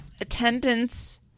Attendance